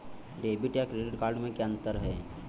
Debit या credit card में क्या अन्तर है?